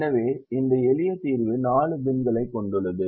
எனவே இந்த எளிய தீர்வு 4 பின்களைக் கொண்டுள்ளது